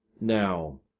Now